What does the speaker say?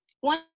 one